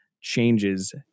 changes